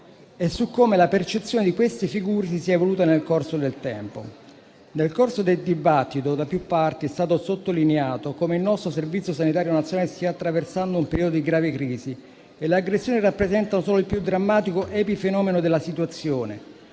e su come la percezione di queste figure si sia evoluta nel corso del tempo. Nel corso del dibattito da più parti è stato sottolineato come il nostro Servizio sanitario nazionale stia attraversando un periodo di grave crisi e le aggressioni rappresentano solo il più drammatico epifenomeno della situazione.